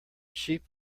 sheep